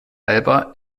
alba